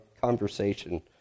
conversation